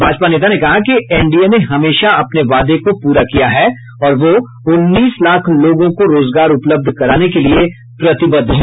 भाजपा नेता ने कहा कि एनडीए ने हमेशा अपने वादों को प्रा किया है और वह उन्नीस लाख लोगों को रोजगार उपलब्ध कराने के लिए प्रतिबद्ध है